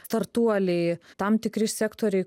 startuoliai tam tikri sektoriai